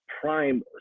prime